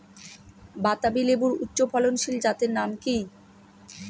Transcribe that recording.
বাতাবি লেবুর উচ্চ ফলনশীল জাতের নাম কি?